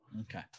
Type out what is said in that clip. Okay